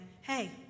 hey